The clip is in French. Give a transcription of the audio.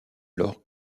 alors